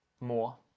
More